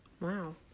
Wow